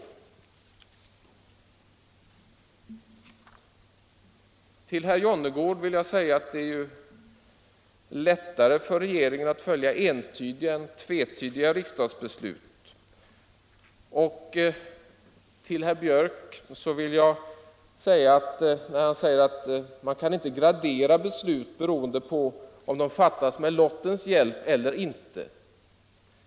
Till herr Jonnergård vill jag säga att det är lättare för regeringen att följa entydiga än tvetydiga riksdagsbeslut. Herr Björck i Nässjö sade att man inte kan gradera beslut beroende på om de fattas med lottens hjälp eller inte.